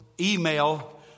Email